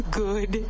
good